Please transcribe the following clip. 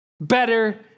better